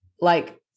like-